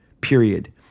period